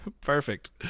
perfect